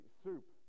soup